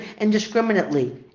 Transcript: indiscriminately